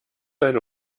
eine